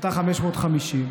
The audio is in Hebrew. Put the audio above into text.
החלטה 550,